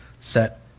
set